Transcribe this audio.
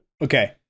Okay